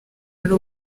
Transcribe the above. ari